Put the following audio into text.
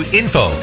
info